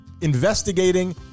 investigating